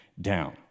down